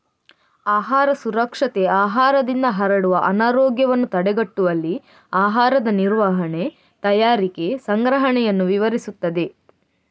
ಆಹಾರ ಸುರಕ್ಷತೆ ಆಹಾರದಿಂದ ಹರಡುವ ಅನಾರೋಗ್ಯವನ್ನು ತಡೆಗಟ್ಟುವಲ್ಲಿ ಆಹಾರದ ನಿರ್ವಹಣೆ, ತಯಾರಿಕೆ, ಸಂಗ್ರಹಣೆಯನ್ನು ವಿವರಿಸುತ್ತದೆ